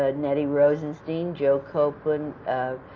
ah nettie rosenstein, jo copeland